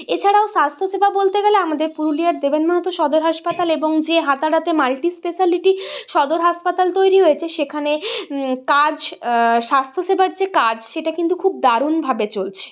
এছাড়া স্বাস্থ্যসেবা বলতে গেলে আমাদের পুরুলিয়ার দেবেন মাহাতো সদর হাসপাতাল এবং যে হাতারাতে মাল্টিস্পেশালটি সদর হাসপাতাল তৈরি হয়েছে সেখানে কাজ স্বাস্থ্যসেবার যে কাজ সেটা কিন্তু খুব দারুণভাবে চলছে